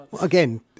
Again